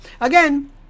Again